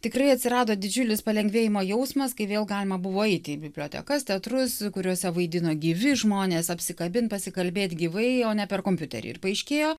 tikrai atsirado didžiulis palengvėjimo jausmas kai vėl galima buvo eiti į bibliotekas teatrus kuriuose vaidino gyvi žmonės apsikabint pasikalbėt gyvai o ne per kompiuterį ir paaiškėjo